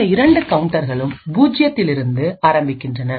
இந்த இரண்டு கவுண்டர்களும் பூஜ்ஜியத்தில் இருந்து ஆரம்பிக்கின்றன